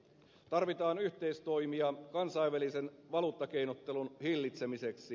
tarvitaan yhteistoimia kansainvälisen valuuttakeinottelun hillitsemiseksi